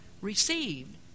received